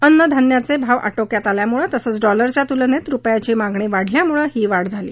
अन्न धान्याचे भाव आटोक्यात आल्यामुळे तसंच डॉलरच्या तुलनेत रुपयाची मागणी वाढल्यामुळे ही वाढ झाली